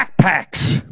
backpacks